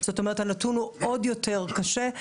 זאת אומרת הנתון הוא עוד יותר קשה.